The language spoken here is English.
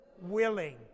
Willing